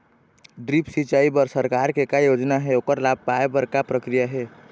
Drip सिचाई बर सरकार के का योजना हे ओकर लाभ पाय बर का प्रक्रिया हे?